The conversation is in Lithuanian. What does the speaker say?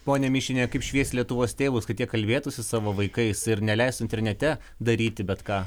ponia mišiniene kaip švies lietuvos tėvus kad jie kalbėtųsi su savo vaikais ir neleis internete daryti bet ką